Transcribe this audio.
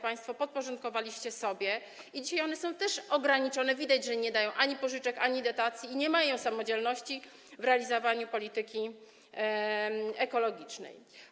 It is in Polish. Państwo podporządkowaliście sobie WFOŚ, które dzisiaj też są ograniczone, widać, że nie dają ani pożyczek, ani dotacji i nie są samodzielne w realizowaniu polityki ekologicznej.